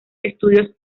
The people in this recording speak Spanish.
estudios